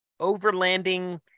overlanding